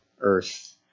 earth